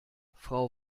frau